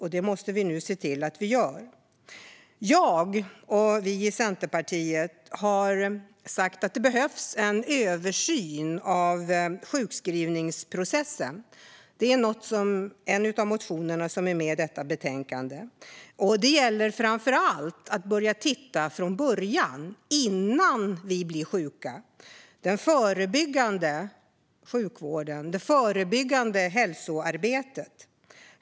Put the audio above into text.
Vi måste nu se till att åtgärda detta. Jag och vi i Centerpartiet har sagt att en översyn av sjukskrivningsprocessen behövs. En av motionerna i betänkandet handlar om detta. Det gäller framför allt att börja titta från början och innan vi blir sjuka, det vill säga i den förebyggande sjukvården och det förebyggande hälsoarbetet.